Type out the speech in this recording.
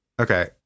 Okay